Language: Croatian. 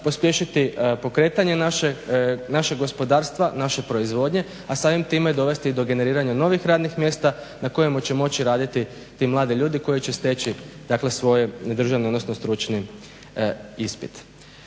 pospješiti pokretanje našeg gospodarstva, naše proizvodnje, a samim time dovesti i do generiranja novih radnih mjesta na kojima će moći raditi ti mladi ljudi koji će steći dakle svoj državni, odnosno stručni ispit.